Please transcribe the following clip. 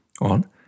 On